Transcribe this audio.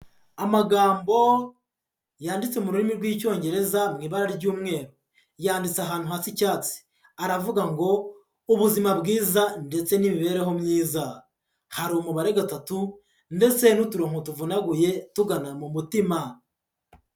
Amagambo yanditse mu rurimi rw'icyongereza mu ibara ry'umweru. Yanditse ahantu hasa icyatsi. Aravuga ngo "ubuzima bwiza ndetse n'imibereho myiza". Hari umubare gatatu ndetse n'uturonko tuvunaguye tugana mu mutima.